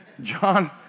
John